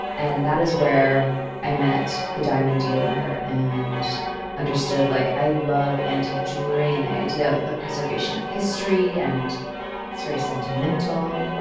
and that is where i met the diamond dealer and understood, like, i love antique jewelry, and the idea of the preservation of history, and it's very sentimental.